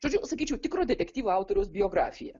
žodžiu sakyčiau tikro detektyvų autoriaus biografiją